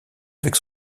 avec